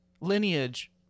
lineage